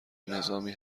نظامی